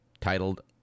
titled